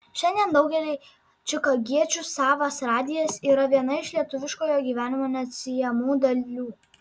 šiandien daugeliui čikagiečių savas radijas yra viena iš lietuviškojo gyvenimo neatsiejamų dalių